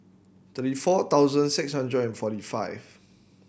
thirty four thousand six hundred and forty five